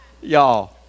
Y'all